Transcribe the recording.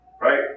Right